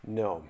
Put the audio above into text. no